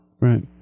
Right